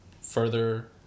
further